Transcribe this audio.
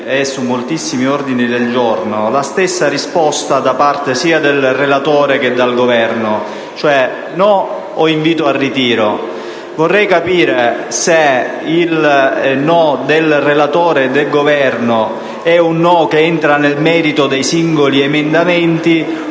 su moltissimi ordini del giorno alla stessa risposta sia da parte del relatore, che del rappresentante del Governo: no o invito al ritiro. Vorrei capire se il no del relatore e del Governo è un no che entra nel merito dei singoli emendamenti